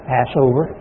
Passover